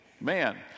Man